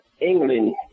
England